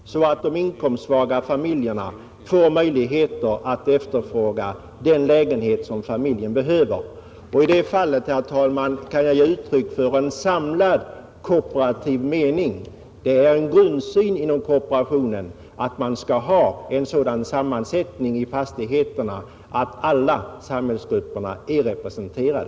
Därigenom kan de inkomstsvaza familjerna under xommunal medverkan ges möjligheter att efterfråga önskade lägenheter. I det fallet, herr talman, tror jag mig ge uttryck för en kooperativ grundsyn nämligen den att alla samhällsgrupper skall ha tillgång till en modern och funktionsduglig bostad.